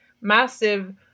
massive